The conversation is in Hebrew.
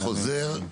אני חוזר.